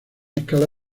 escala